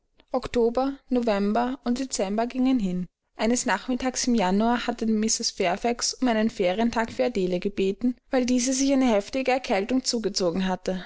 oktober november und dezember gingen hin eines nachmittags im januar hatte mrs fairfax um einen ferialtag für adele gebeten weil diese sich eine heftige erkältung zugezogen hatte